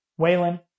waylon